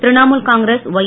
Trinamool Congress Y